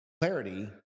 clarity